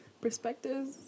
perspectives